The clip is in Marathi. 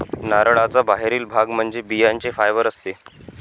नारळाचा बाहेरील भाग म्हणजे बियांचे फायबर असते